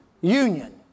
union